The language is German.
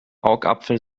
augapfel